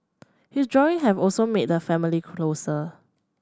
his drawing have also made the family closer